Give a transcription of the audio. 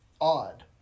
odd